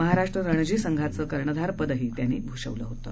महाराष्ट्र रणजी संघाचे कर्णधारपदही त्यांनी भूषवलं होतं